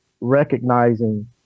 recognizing